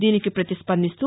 దీనికి పతిస్పందిస్తూ